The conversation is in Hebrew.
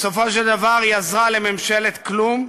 בסופו של דבר, היא עזרה לממשלת כלום,